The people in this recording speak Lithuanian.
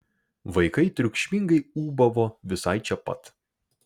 vaikai triukšmingai ūbavo visai čia pat